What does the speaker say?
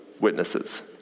witnesses